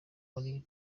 muri